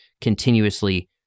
continuously